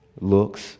looks